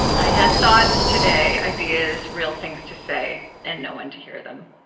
i had thoughts today, ideas, real things to say, and no one to hear them